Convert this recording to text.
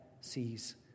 sees